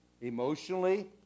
emotionally